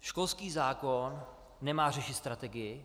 Školský zákon nemá řešit strategii.